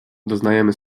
doznajemy